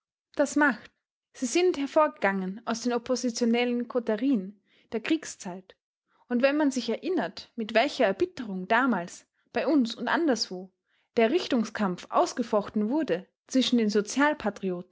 das macht sie sind hervorgegangen aus den oppositionellen koterien der kriegszeit und wenn man sich erinnert mit welcher erbitterung damals bei uns und anderswo der richtungskampf ausgefochten wurde zwischen den